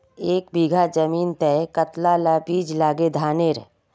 एक बीघा जमीन तय कतला ला बीज लागे धानेर खानेर?